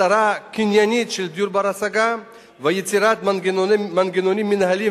הסדרה קניינית של דיור בר-השגה ויצירת מנגנונים מינהליים